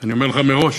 אני אומר לך מראש,